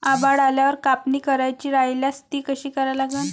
आभाळ आल्यावर कापनी करायची राह्यल्यास ती कशी करा लागन?